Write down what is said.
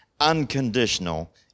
unconditional